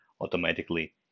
automatically